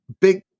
big